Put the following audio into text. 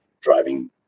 driving